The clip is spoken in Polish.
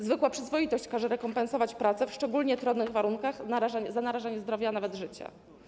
Zwykła przyzwoitość każe rekompensować pracę w szczególnie trudnych warunkach, z powodu narażania zdrowia, a nawet życia.